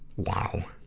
wow.